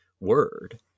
word